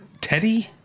Teddy